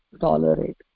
tolerate